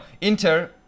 Inter